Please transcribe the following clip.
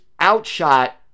Outshot